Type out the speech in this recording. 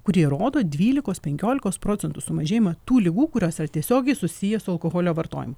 kurie rodo dvylikos penkiolikos procentų sumažėjimą tų ligų kurios yra tiesiogiai susiję su alkoholio vartojimu